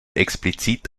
explizit